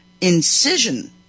incision